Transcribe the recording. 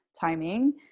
timing